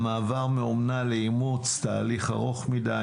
המעבר מאומנה לאימוץ תהליך ארוך מדיי,